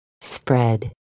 spread